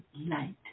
light